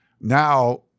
Now